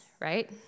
right